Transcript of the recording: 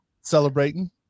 celebrating